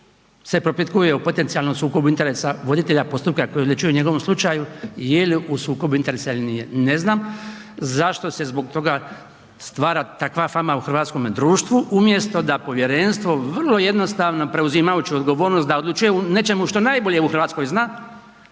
se propitkuje o potencijalnom sukobu interesa voditelja postupka koji odlučuje o njegovom slučaju je li u sukobu interesa ili nije. Ne znam zašto se zbog toga stvara takva fama u hrvatskome društvu umjesto da povjerenstvo vrlo jednostavno preuzimajući odgovornost da odlučuje o nečemu što najbolje u Hrvatskoj zna